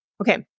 Okay